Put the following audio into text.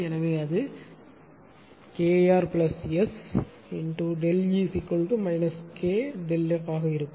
எனவே அது KRS ΔE KΔF ஆக இருக்கும்